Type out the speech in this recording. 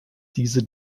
diese